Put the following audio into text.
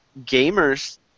gamers